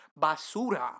basura